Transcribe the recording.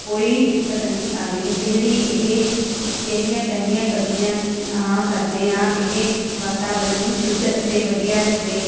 ਕੋਈ ਦਿੱਕਤ ਨਹੀਂ ਆਵੇਗੀ ਜਿਹੜੀ ਇਹ ਜਿਹੜੀਆਂ ਪਹਿਲੀਆਂ ਕਦਮੀਆਂ ਹਾਂ ਕਰਦੇ ਹਾਂ ਇਹ ਵਾਤਾਵਰਨ ਨੂੰ ਸ਼ੁੱਧ ਅਤੇ ਵਧੀਆ ਰੱਖਦੇ